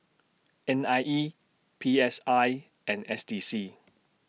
N I E P S I and S D C